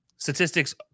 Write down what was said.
Statistics